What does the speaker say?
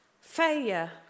Failure